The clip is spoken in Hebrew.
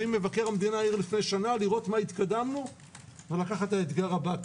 ואם מבקר המדינה העיר לפני שנה לראות מה התקדמנו ולקחת את האתגר הבא,